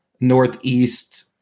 Northeast